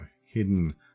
hidden